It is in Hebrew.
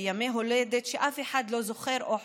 בימי הולדת שאף אחד לא זוכר או חוגג.